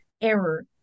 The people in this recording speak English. error